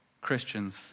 Christians